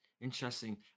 Interesting